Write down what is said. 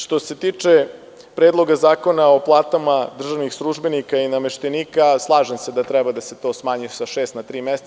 Što se tiče Predloga zakona o platama državnih službenika i nameštenika, slažem se da tu treba da se smanji sa šest na tri meseca.